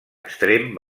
extrem